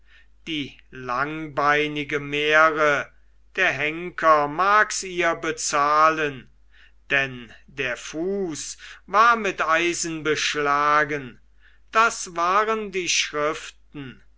die langbeinige mähre der henker mags ihr bezahlen denn der fuß war mit eisen beschlagen das waren die schriften